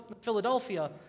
Philadelphia